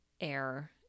air